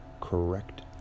correct